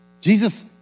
Jesus